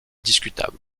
discutable